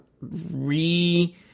re